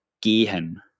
gehen